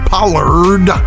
Pollard